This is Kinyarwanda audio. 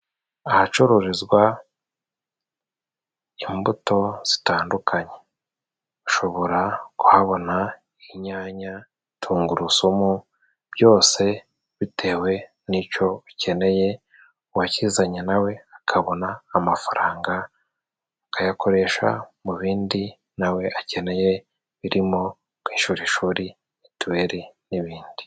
Ahacururizwa imbuto zitandukanye ushobora kuhabona inyanya tungurusumu byose bitewe n'icyo ukeneye uwakizanye nawe akabona amafaranga ukayakoresha mu bindi nawe akeneye birimo kwishyura ishuri mituweli n'ibindi.